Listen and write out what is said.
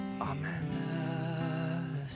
Amen